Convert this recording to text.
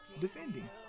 Defending